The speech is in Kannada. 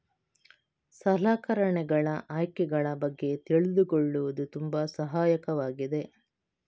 ಸಲಕರಣೆಗಳ ಆಯ್ಕೆಗಳ ಬಗ್ಗೆ ತಿಳಿದುಕೊಳ್ಳುವುದು ತುಂಬಾ ಸಹಾಯಕವಾಗಿದೆ